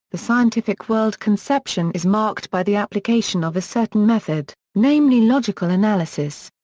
the scientific world-conception is marked by the application of a certain method, namely logical analysis.